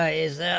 ah is yeah